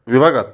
विभागात